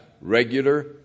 regular